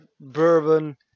bourbon